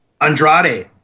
Andrade